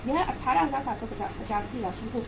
यह 18750 की राशि होगी